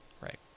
Right